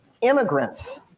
Immigrants